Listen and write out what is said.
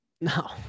No